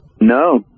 No